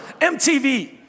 MTV